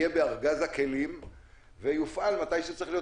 יהיה בארגז הכלים ויופעל מתי שצריך להיות